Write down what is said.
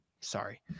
Sorry